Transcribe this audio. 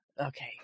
Okay